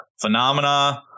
phenomena